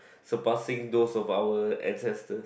surpassing those of our ancestors